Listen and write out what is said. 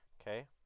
Okay